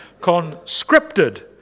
conscripted